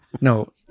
No